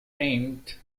named